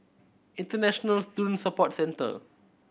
International Student Support Centre